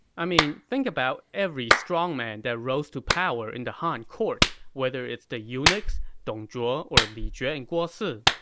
i mean, think about every strong man that rose to power in the han court, whether it's the eunuchs, dong zhuo, or li jue and guo si.